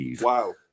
Wow